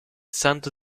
santo